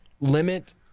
limit